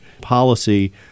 policy